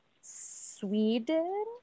Sweden